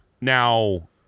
now